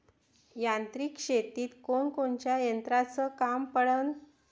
यांत्रिक शेतीत कोनकोनच्या यंत्राचं काम पडन?